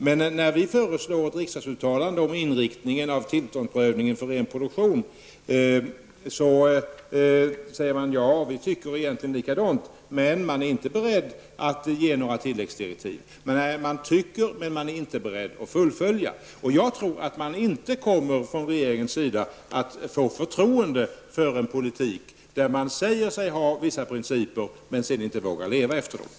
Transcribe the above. Men när vi föreslår ett riksdagsuttalande om inriktningen av tillståndsprövningen för ren produktion svarar ni att ni egentligen tycker likadant, men ni är inte beredda att ge några tilläggsdirektiv. Jag tror inte att regeringen kommer att få förtroende för en politik där man säger sig ha vissa principer men sedan inte vågar leva efter dem.